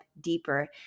deeper